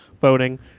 voting